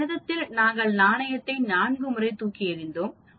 இந்த கணிதத்தில் நாங்கள் நாணயத்தை 4 முறை தூக்கி எறிந்தோம்